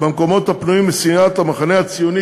במקומות הפנויים לסיעת המחנה הציוני,